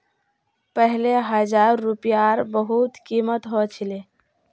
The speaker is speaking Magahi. पहले हजार रूपयार बहुत कीमत ह छिले